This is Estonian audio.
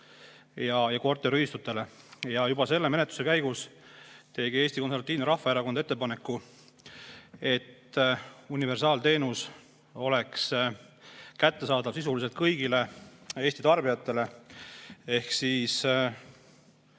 ja korteriühistutele. Juba selle menetluse käigus tegi Eesti Konservatiivne Rahvaerakond ettepaneku, et universaalteenus oleks kättesaadav sisuliselt kõigile Eesti tarbijatele. Ehk